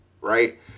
right